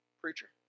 Preacher